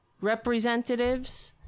representatives